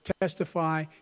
testify